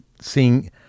seeing